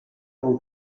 con